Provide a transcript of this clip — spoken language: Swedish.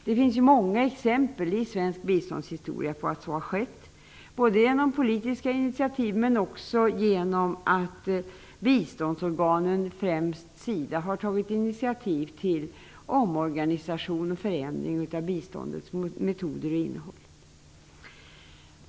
Det finns många exempel i svensk biståndshistoria på att så har skett, både genom politiska initiativ men också genom att biståndsorganen, främst SIDA, har tagit initiativ till omorganisation och förändring av biståndets metoder och innehåll.